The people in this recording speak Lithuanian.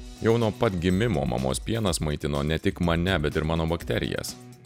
jau nuo pat gimimo mamos pienas maitino ne tik mane bet ir mano bakterijas